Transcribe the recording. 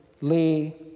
Lee